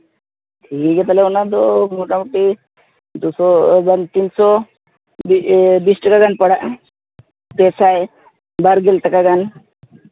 ᱴᱷᱤᱠ ᱜᱮᱭᱟ ᱛᱟᱦᱞᱮ ᱚᱱᱟ ᱫᱚ ᱢᱳᱴᱟ ᱢᱩᱴᱤ ᱫᱩ ᱥᱚ ᱵᱟᱝ ᱛᱤᱱ ᱥᱚ ᱵᱤᱥ ᱴᱟᱠᱟ ᱜᱟᱱ ᱯᱟᱲᱟᱜᱼᱟ ᱯᱮ ᱥᱟᱭ ᱵᱟᱨ ᱜᱮᱞ ᱴᱟᱠᱟ ᱜᱟᱱ